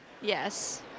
Yes